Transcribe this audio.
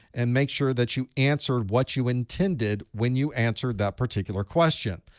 and make sure that you answered what you intended when you answered that particular question.